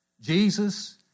Jesus